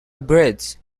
upgrades